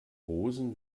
rosen